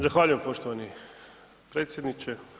Zahvaljujem poštovani predsjedniče.